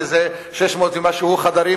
שזה 600 ומשהו חדרים,